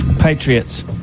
Patriots